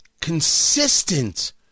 consistent